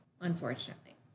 unfortunately